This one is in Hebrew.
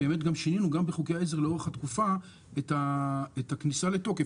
שינינו בחוקי העזר לאורך התקופה את הכניסה לתוקף.